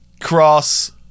Cross